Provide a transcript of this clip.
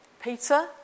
Peter